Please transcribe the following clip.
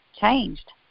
changed